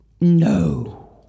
No